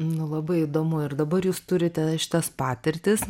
labai įdomu ir dabar jūs turite šitas patirtis